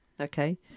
Okay